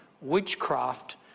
Witchcraft